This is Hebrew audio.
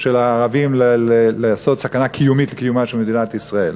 של הערבים לעשות סכנה קיומית למדינת ישראל.